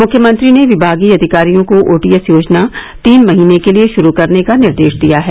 मुख्यमंत्री ने विमागीय अधिकारियों को ओटीएस योजना तीन महीने के लिए शुरू करने का निर्देश दिया है